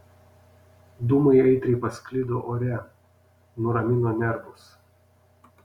dūmai aitriai pasklido ore nuramino nervus